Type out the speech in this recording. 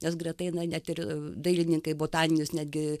nes greta eina net ir dailininkai botaninius netgi